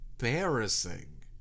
Embarrassing